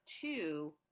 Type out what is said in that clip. two